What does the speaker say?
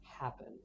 happen